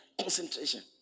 concentration